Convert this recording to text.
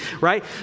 right